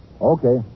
Okay